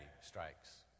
strikes